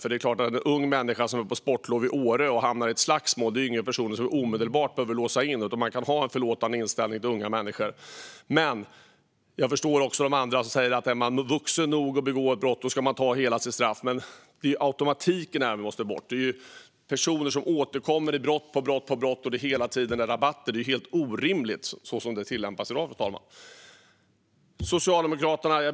För det är klart att en ung människa som är på sportlov i Åre och hamnar i ett slagsmål inte är en person som omedelbart behöver låsas in, utan man kan ha en förlåtande inställning till unga människor. Men jag förstår också andra som säger att om man är vuxen nog att begå ett brott ska man ta hela sitt straff. Men det är automatiken i detta som måste bort. Det handlar om personer som återkommer i brott, och det är hela tiden rabatter. Det är helt orimligt som det tillämpas i dag. Jag vänder mig till Socialdemokraterna.